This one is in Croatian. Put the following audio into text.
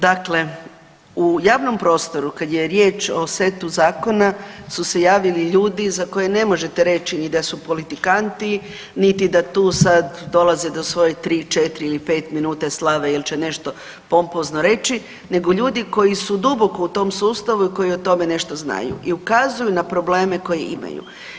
Dakle, u javnom prostoru kad je riječ o setu zakona su se javili ljudi za koje ne možete reći ni da su politikanti, niti da tu sad dolaze do svoje 3-4 ili 5 minute slave jel će nešto pompozno reći nego ljudi koji su duboko u tom sustavu i koji o tome nešto znaju i ukazuju na probleme koje imaju.